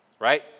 right